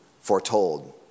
foretold